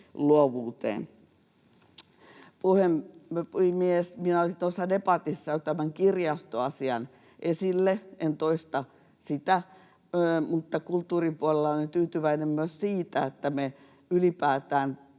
luovuuteen. Puhemies! Otin jo debatissa esille tämän kirjastoasian, en toista sitä, mutta kulttuurin puolella olen tyytyväinen myös siitä, että me ylipäätään